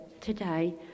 today